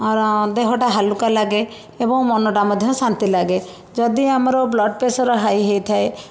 ଦେହଟା ହାଲୁକା ଲାଗେ ଏବଂ ମନଟା ମଧ୍ୟ ଶାନ୍ତି ଲାଗେ ଯଦି ଆମର ବ୍ଲଡ଼ପେସର୍ ହାଇ ହେଇଥାଏ